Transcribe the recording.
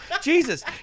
Jesus